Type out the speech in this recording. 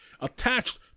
attached